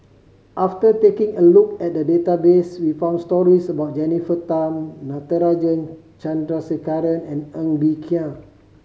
after taking a look at the database we found stories about Jennifer Tham Natarajan Chandrasekaran and Ng Bee Kia